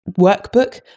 workbook